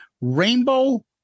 rainbow